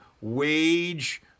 wage